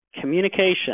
communication